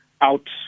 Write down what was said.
out